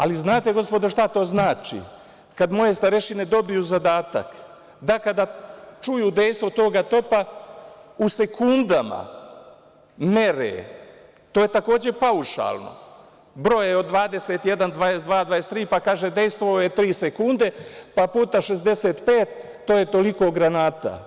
Ali, znate gospodo šta to znači kad moje starešine dobiju zadatak da kada čuju dejstvo toga topa u sekundama mere, to je takođe paušalno, broj od 21, 22, 23. pa, kaže – dejstvovao je tri sekunde, pa puta 65 to je toliko granata.